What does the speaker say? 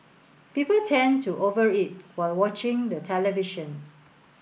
people tend to over eat while watching the television